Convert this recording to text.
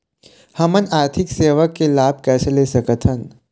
हमन आरथिक सेवा के लाभ कैसे ले सकथन?